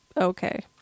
okay